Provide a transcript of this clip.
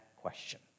question